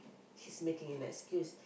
he's making an excuse